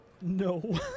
No